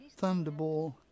Thunderball